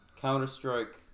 counter-strike